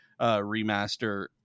remaster